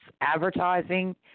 advertising